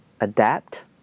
adapt